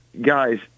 guys